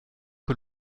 que